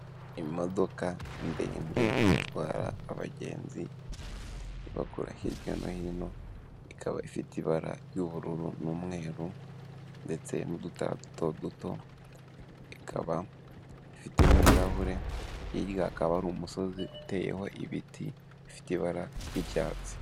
Imodoka ndende itwara abagenzi, ibakura hirya no hino, ikaba ifite ibara ry'ubururu n'umweru ndetse n'udutara duto duto, ikaba ifite n'ibirahure, hirya hakaba hari umusozi uteyeho ibiti, bifite ibara ry'icyatsi.